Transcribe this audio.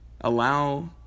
allow